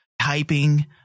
typing